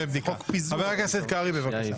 חבר הכנסת קרעי, בבקשה.